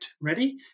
ready